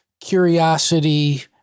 curiosity